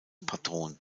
patron